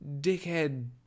dickhead